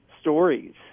stories